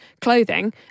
clothing